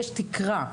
יש תקרה,